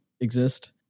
exist